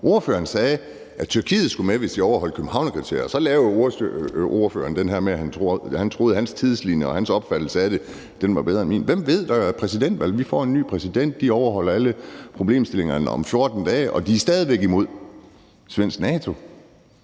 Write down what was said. ordføreren sagde, at Tyrkiet skulle med, hvis de overholdt Københavnskriterierne, og så sagde ordføreren det her med, at han troede, at hans tidslinje og hans opfattelse af det var bedre end min. Hvem ved? Der er præsidentvalg. De får en ny præsident, de overholder alle kriterierne om 14 dage, og de er stadig væk imod svensk